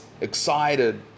excited